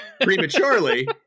prematurely